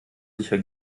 sicher